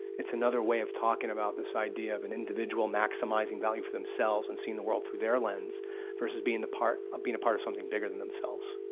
it's another way of talking about this idea of an individual maximizing value for themselves and seeing the world through their lens versus being the part, of being a part of something bigger than themselves.